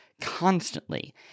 constantly